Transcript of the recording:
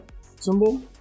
symbol